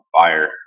fire